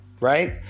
right